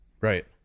Right